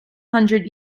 hundred